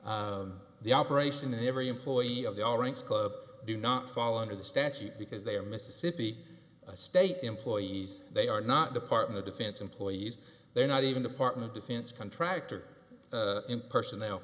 s the operation and every employee of the all ranks club do not fall under the statute because they are mississippi state employees they are not department of defense employees they are not even department defense contractor in personnel